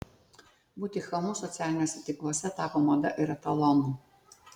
būti chamu socialiniuose tinkluose tapo mada ir etalonu